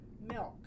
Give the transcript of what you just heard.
milk